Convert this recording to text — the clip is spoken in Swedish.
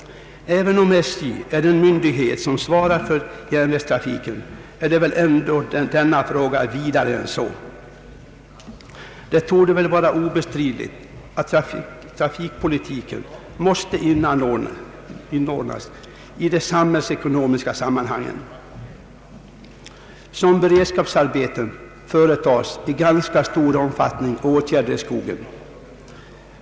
Även om SJ är den myndighet som svarar för järnvägstrafiken är väl ändå denna fråga betydligt vidare än så. Det torde vara obestridligt att trafikpolitiken måste inordnas i de samhällsekonomiska sammanhangen. Som beredskapsarbeten företas i ganska stor omfattning åtgärder i skogen.